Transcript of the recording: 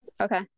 Okay